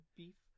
beef